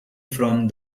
from